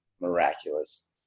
miraculous